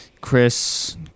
Chris